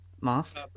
mask